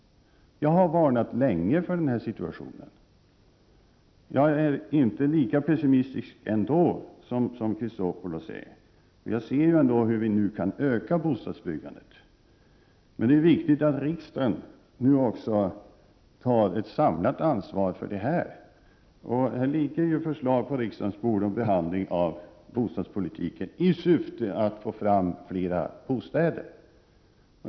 Jag har länge varnat för denna situation, men jag är ändå inte lika pessimistisk som Alexander Chrisopoulos är. Jag ser ju hur vi nu kan öka bostadsbyggandet. Men det är viktigt att riksdagen tar ett samlat ansvar för detta. Här ligger nu på riksdagens bord förslag om behandling av bostadspolitiken i syfte att få fram flera bostäder.